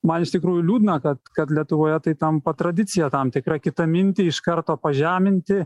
man iš tikrųjų liūdna kad kad lietuvoje tai tampa tradicija tam tikra kitą mintį iš karto pažeminti